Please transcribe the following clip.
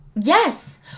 yes